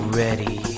ready